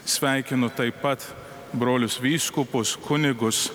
sveikinu taip pat brolius vyskupus kunigus